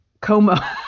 Coma